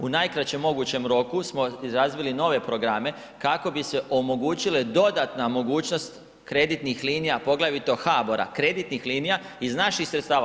U najkraćem mogućem roku smo i razvili nove programe kako bi se omogućile dodatna mogućnost kreditnih linija, poglavito HBOR-a, kreditnih linija iz naših sredstava.